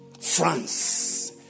France